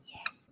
Yes